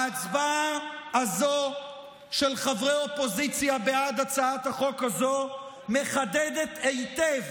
ההצבעה הזו של חברי אופוזיציה בעד הצעת החוק הזה מחדדת היטב